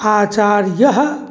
आचार्यः